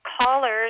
callers